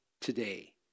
today